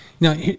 Now